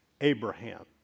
Abraham